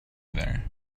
there